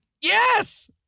Yes